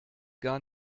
gar